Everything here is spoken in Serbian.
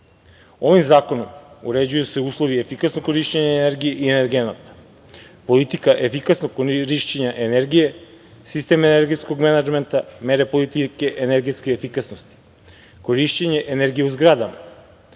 Ovim zakonom uređuju se uslovi i efikasno korišćenje energije i energenata, politika efikasnog korišćenja energije, sistem energetskog menadžmenta, mere politike energetske efikasnosti, korišćenje energije u zgradama,